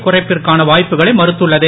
குறைப்பிற்கான மாற்றங்களை மறுத்துள்ளது